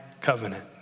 covenant